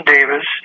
Davis